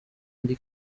eddy